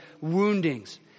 woundings